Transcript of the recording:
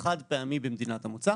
שיהיה חד-פעמי במדינת המוצא,